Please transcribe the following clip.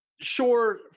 Sure